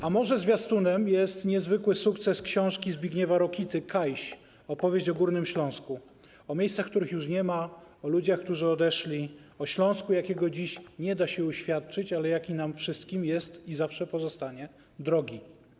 A może zwiastunem jest niezwykły sukces książki Zbigniewa Rokity ˝Kajś˝, opowieści o Górnym Śląsku, o miejscach, których już nie ma, o ludziach, którzy odeszli, o Śląsku, jakiego dziś nie da się uświadczyć, ale jaki nam wszystkim jest i zawsze pozostanie drogi.